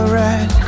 red